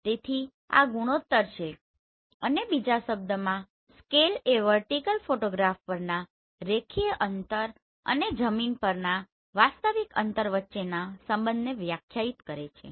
તેથી આ ગુણોત્તર છે અને બીજા શબ્દોમાં સ્કેલ એ વર્ટીકલ ફોટોગ્રાફ પરના રેખીય અંતર અને જમીન પરના વાસ્તવિક અંતર વચ્ચેના સંબંધને વ્યાખ્યાયિત કરે છે